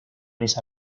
esa